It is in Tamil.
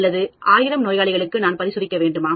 அல்லது 1000 நோயாளிகளுக்கு நான் பரிசோதிக்க வேண்டுமா